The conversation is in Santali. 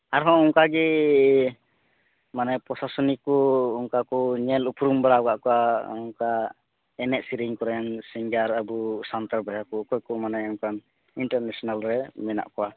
ᱟᱨᱦᱚᱸ ᱚᱱᱠᱟ ᱜᱮ ᱢᱟᱱᱮ ᱯᱨᱚᱥᱟᱥᱚᱱᱤᱠ ᱠᱚ ᱚᱱᱠᱟ ᱠᱚ ᱧᱮᱞ ᱩᱯᱨᱩᱢ ᱵᱟᱲᱟ ᱟᱠᱟᱫ ᱠᱚᱣᱟ ᱚᱱᱠᱟ ᱮᱱᱮᱡ ᱥᱮᱨᱮᱧ ᱠᱚᱨᱮᱫ ᱥᱤᱝᱜᱟᱨ ᱟᱵᱚ ᱥᱟᱱᱛᱟᱲ ᱵᱚᱭᱦᱟ ᱠᱚ ᱚᱠᱚᱭ ᱠᱚ ᱢᱟᱱᱮ ᱚᱱᱠᱟᱱ ᱤᱱᱴᱟᱨ ᱱᱮᱥᱱᱮᱞ ᱨᱮ ᱢᱮᱱᱟᱜ ᱠᱚᱣᱟ